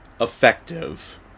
effective